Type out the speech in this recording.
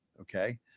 okay